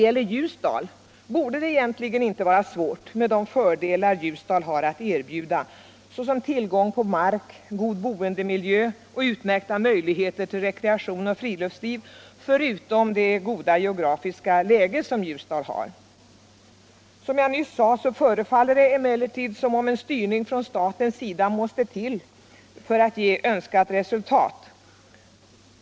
I Ljusdal borde det egentligen inte vard svårt att få hyresgäster med de fördelar som Ljusdal har att erbjuda — tillgång på mark, god boendemiljö, utmärkta möjligheter till rekreation och friluftsliv och ett bra geografiskt läge. Som jag sade förefaller det emellertid som om en statlig styrning måste till för att ge önskat resultat.